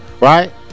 Right